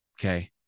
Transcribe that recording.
okay